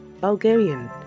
Bulgarian